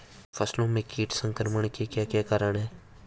फसलों में कीट संक्रमण के क्या क्या कारण है?